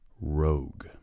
rogue